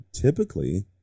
typically